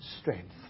strength